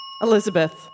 Elizabeth